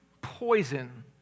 poison